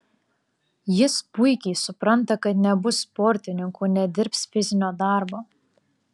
jis puikiai supranta kad nebus sportininku nedirbs fizinio darbo